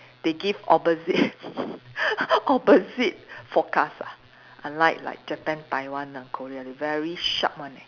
they give opposite opposite forecast ah unlike like Japan Taiwan and Korea they very sharp [one] eh